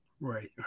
Right